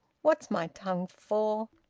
what's my tongue for?